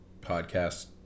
podcast